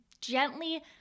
gently